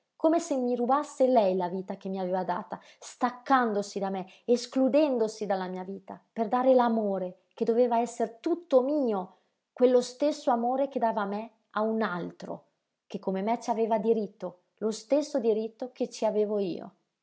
come se mi rubasse lei la vita che mi aveva data staccandosi da me escludendosi dalla vita mia per dare l'amore che doveva esser tutto mio quello stesso amore che dava a me a un altro che come me ci aveva diritto lo stesso diritto che ci avevo io